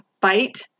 fight